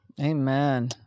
Amen